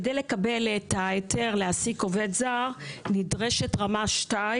כדי לקבל את ההיתר להעסקת עובד זר נדרשת רמה 2,